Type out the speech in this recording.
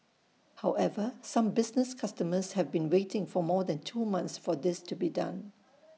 however some business customers have been waiting more than two months for this to be done